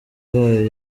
bayo